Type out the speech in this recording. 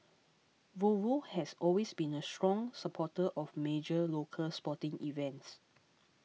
Volvo has always been a strong supporter of major local sporting events